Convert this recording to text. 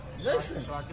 Listen